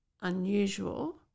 unusual